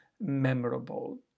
memorable